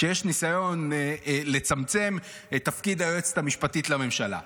שיש ניסיון לצמצם את תפקיד היועצת המשפטית לממשלה.